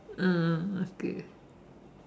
mm mm okay